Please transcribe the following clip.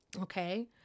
Okay